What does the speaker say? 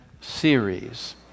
series